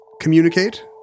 communicate